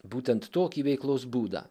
būtent tokį veiklos būdą